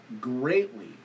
greatly